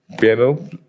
piano